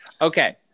Okay